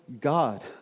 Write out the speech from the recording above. God